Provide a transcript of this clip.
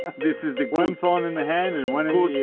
this is the one phone in the hand and one in the